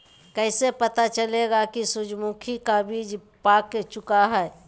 कैसे पता चलेगा की सूरजमुखी का बिज पाक चूका है?